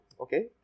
okay